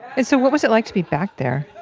and so what was it like to be back there?